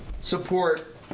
support